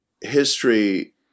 history